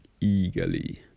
eagerly